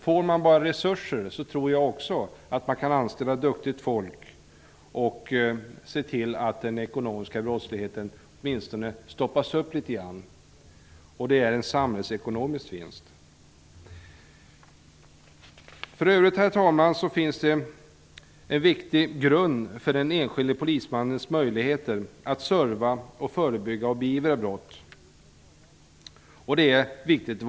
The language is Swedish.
Om man bara får resurser tror jag att man kan anställa folk och se till att den ekonomiska brottsligheten åtminstone stoppas upp litet grand. Det är en samhällsekonomisk vinst. Herr talman! För övrigt finns det en viktig grund för den enskilda polismannens möjligheter att serva allmänheten, förebygga och beivra brott.